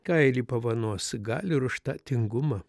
kailį pavanos gal ir už tą tingumą